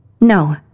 No